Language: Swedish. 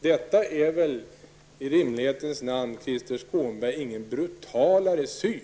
Detta är väl i rimlighetens namn, Krister Skånberg, inte någon brutal syn!